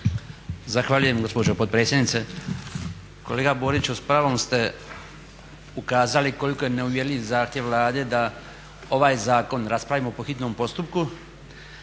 Zahvaljujem gospođo potpredsjednice. Kolega Boriću s pravom ste ukazali koliko je neuvjerljiv zahtjev Vlade da ovaj zakon raspravimo po hitnom postupku